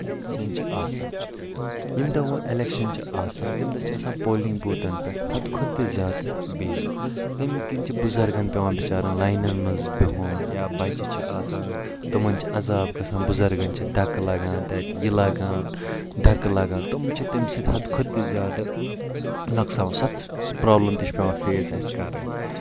election چھِ آسان ییٚمہِ دوہ وۄنۍ الٮ۪کشَن چھِ آسان تمہِ دوہ چھِ آسان پولِنٛگ بوتَن پیٚٹھ حَد کھۄتہٕ تہ زیادٕ بیٖڈ تمہِ کِن چھُ بُزَرگَن پیٚوان بِچارن لاینَن مَنٛز بِہُن یا بَچہِ چھِ آسان تمَن چھ عَذاب گَژھان بُزَرگَن چھِ دَکہ لَگان تَتہ یہٕ لگان دَکہ لَگان تم چھِ تمہِ سۭتۍ حَد کھۄتہٕ تہ زیادٕ سۄ پروبلَم تہِ چھِ پیٚوان فیس اَسہِ کَرٕنۍ